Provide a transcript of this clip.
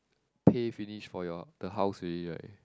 pay finish for your the house already right